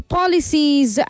policies